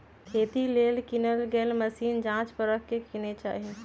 खेती लेल किनल गेल मशीन जाच परख के किने चाहि